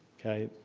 okay?